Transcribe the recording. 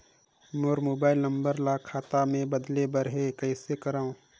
मोर mobile number ल खाता मे बदले बर हे कइसे करव?